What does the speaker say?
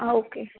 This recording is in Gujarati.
હા ઓકે